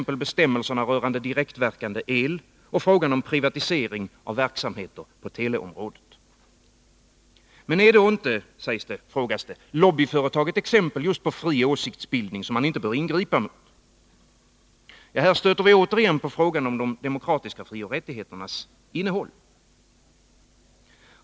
när det gäller bestämmelserna rörande direktverkande el och frågan om privatisering av verksamheten på teleområdet. Men är då inte lobbyföretag ett exempel på fri åsiktsbildning som man inte bör ingripa mot? Här stöter vi återigen på frågan om de demokratiska frioch rättigheternas innehåll.